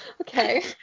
Okay